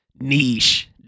niche